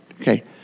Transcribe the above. Okay